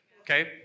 Okay